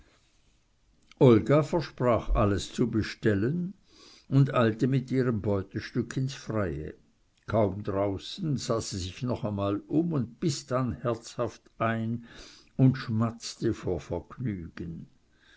olga versprach alles zu bestellen und eilte mit ihrem beutestück ins freie kaum draußen sah sie sich noch einmal um und biß dann herzhaft ein und schmatzte vor vergnügen